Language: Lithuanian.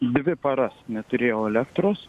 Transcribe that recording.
dvi paras neturėjau elektros